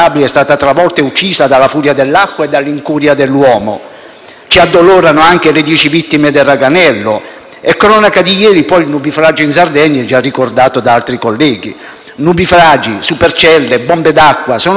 Ci addolorano anche le dieci vittime del Raganello. È cronaca di ieri, poi, il nubifragio in Sardegna, già ricordato da altri colleghi. Nubifragi, supercelle e bombe d'acqua sono sempre più estremi e frequenti a causa anche dei cambiamenti climatici.